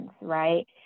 right